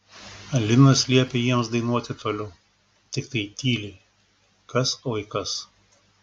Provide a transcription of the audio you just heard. linas liepė jiems dainuoti toliau tiktai tyliai kas oi kas